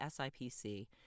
SIPC